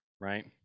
right